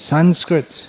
Sanskrit